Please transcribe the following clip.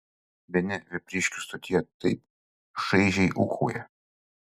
bene vepriškių stotyje taip šaižiai ūkauja